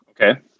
Okay